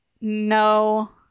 No